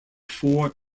four